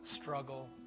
struggle